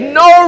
no